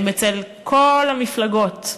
הם בכל המפלגות.